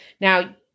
Now